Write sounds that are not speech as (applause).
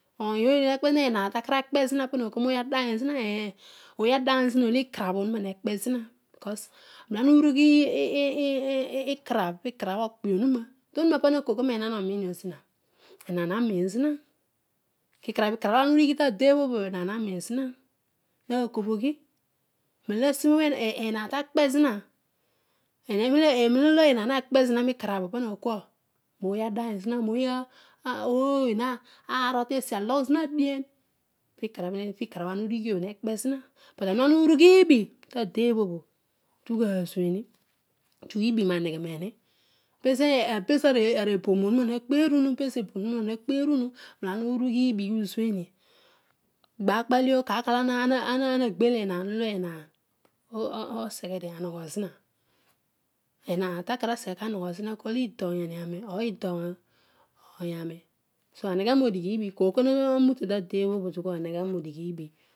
Onyooyi o pezo evaan takar rakpe zina para oghol ooy adaar zina ooy olo adar zina oolo ikerabh oruna me kpe zina because (unintelligible) iblaana urugh ikarab pi ikarab okpe oruna toruna pana nakool kua nehaan oninio zina ehaa a nizaa, kikarab kikarab olo ena udighi te obhobho ehaana raw zina kikaab, karab olo ana udighi tade obhrobho enan na min zina makobhigi nolo bho (hesitation) nikarad oblo para ooy adai zina (unintelligible) arotesi aloyzi ha̱ dien pekarab abho ana udighi abha pekarab obho ana udighi abha but anen olo ana irughiibi tade oblo bha tuazueni hughibi naheghe neni pezo ee pezo eboon oruna nahena kaar ger olo ana agbell eraan oseghedio arughozi a ouga inani indogbuyei ni sa ereghe mo dighi ilbi kooy olo hanute tade obho di tuabla aneghe rodighi libi.